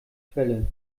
quelle